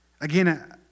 Again